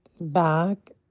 Back